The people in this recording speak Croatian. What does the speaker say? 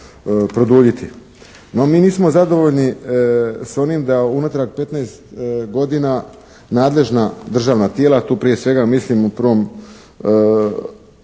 No, mi nismo zadovoljni s onim da je unatrag 15 godina nadležna državna tijela, tu prije svega mislim u prvom redu